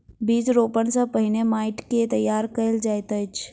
बीज रोपण सॅ पहिने माइट के तैयार कयल जाइत अछि